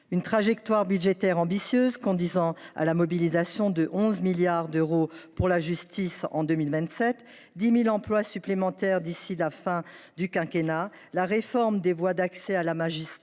une trajectoire budgétaire ambitieuse conduisant à la mobilisation de 11 milliards d’euros pour la justice d’ici à 2027 ; 10 000 emplois supplémentaires d’ici à la fin du quinquennat ; la réforme des voies d’accès à la magistrature